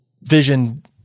Vision